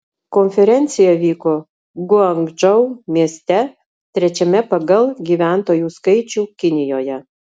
konferencija vyko guangdžou mieste trečiame pagal gyventojų skaičių kinijoje